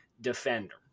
defender